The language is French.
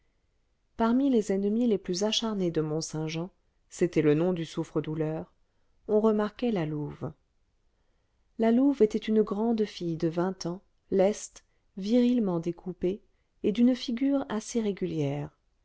parmi les ennemies les plus acharnées de mont-saint-jean c'était le nom du souffre-douleur on remarquait la louve la louve était une grande fille de vingt ans leste virilement découplée et d'une figure assez régulière